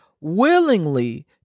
willingly